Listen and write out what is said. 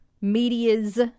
medias